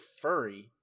Furry